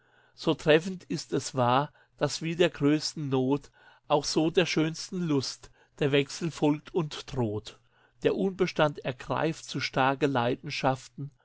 so treffend ist es wahr dass wie der größten not auch so der schönsten lust der wechsel folgt und droht der unbestand ergreift zu starke leidenschaften